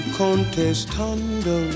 contestando